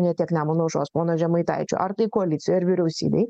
ne tiek nemuno aušros pono žemaitaičio ar tai koalicijoj ar vyriausybėj